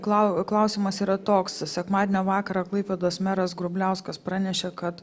klau klausimas yra toks sekmadienio vakarą klaipėdos meras grubliauskas pranešė kad